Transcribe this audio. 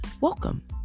Welcome